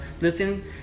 listen